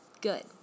good